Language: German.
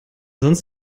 sonst